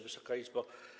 Wysoka Izbo!